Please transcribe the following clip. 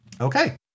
Okay